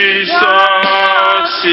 Jesus